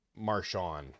Marshawn